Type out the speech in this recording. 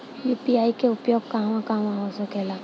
UPI के उपयोग कहवा कहवा हो सकेला?